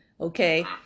okay